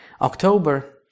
October